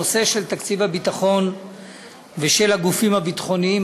הנושא של תקציב הביטחון ושל הגופים הביטחוניים,